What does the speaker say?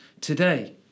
today